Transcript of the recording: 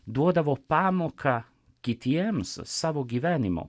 duodavo pamoką kitiems savo gyvenimo